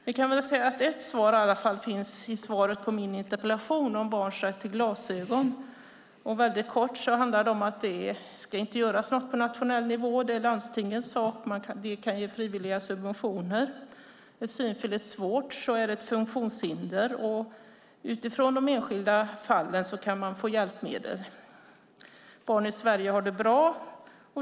Vi kan väl säga att ett svar i alla fall finns i svaret på min interpellation om barns rätt till glasögon. Väldigt kort handlar det om att det inte ska göras något på nationell nivå. Det är landstingens sak. De kan ge frivilliga subventioner. Är synfelet svårt är det ett funktionshinder, och utifrån bedömningar i de enskilda fallen kan man få hjälpmedel. Barn i Sverige har det bra.